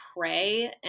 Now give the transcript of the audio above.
pray